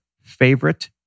favorite